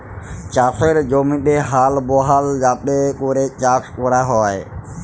চাষের জমিতে হাল বহাল যাতে ক্যরে চাষ ক্যরা হ্যয়